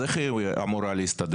אז איך היא אמורה להסתדר